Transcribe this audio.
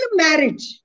marriage